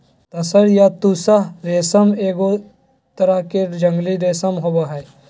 तसर या तुसह रेशम एगो तरह के जंगली रेशम होबो हइ